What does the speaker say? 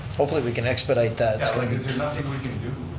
hopefully we can expedite that. like is there nothing we can do